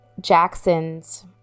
Jackson's